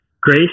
Grace